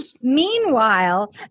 meanwhile